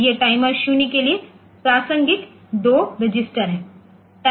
तो ये टाइमर 0 के लिए प्रासंगिक 2 रजिस्टर हैं